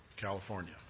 California